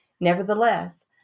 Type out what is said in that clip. Nevertheless